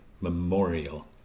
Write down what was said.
Memorial